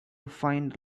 find